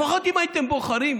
לפחות אם הייתם בוחרים,